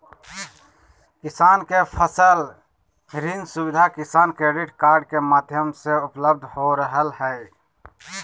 किसान के फसल ऋण सुविधा किसान क्रेडिट कार्ड के माध्यम से उपलब्ध हो रहल हई